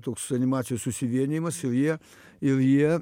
toks animacijos susivienijimas ir jie ir jie